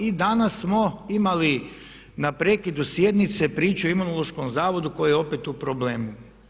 I danas smo imali na prekidu sjednice priču o Imunološkom zavodu koji je opet u problemu.